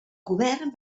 govern